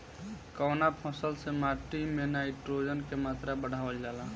कवना फसल से माटी में नाइट्रोजन के मात्रा बढ़ावल जाला?